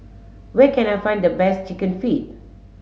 where can I find the best chicken feet